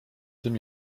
tym